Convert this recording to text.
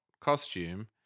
costume